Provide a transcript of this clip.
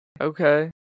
Okay